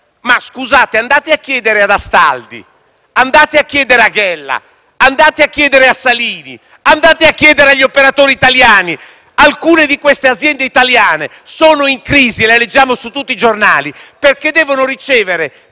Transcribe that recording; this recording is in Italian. Ma andate a chiedere ad Astaldi, andate a chiedere a Ghella, andate a chiedere a Salini, andate a chiedere agli operatori italiani: alcune di queste aziende italiane sono in crisi, come leggiamo su tutti i giornali, perché devono ricevere